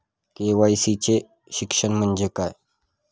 KYC चे शिक्षण म्हणजे काय?